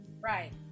Right